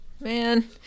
Man